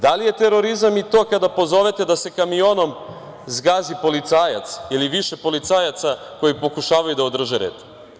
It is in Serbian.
Da li je terorizam i to kada pozovete da se kamionom zgazi policajac ili više policajaca koji pokušavaju da održe red?